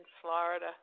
Florida